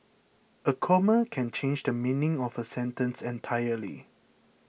a comma can change the meaning of a sentence entirely